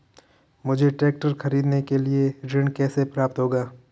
मुझे ट्रैक्टर खरीदने के लिए ऋण कैसे प्राप्त होगा?